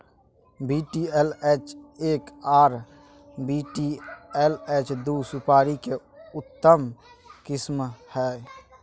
VTLH एक आर VTLH दू सुपारी के उन्नत किस्म हय